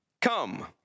Come